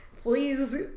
please